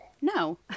no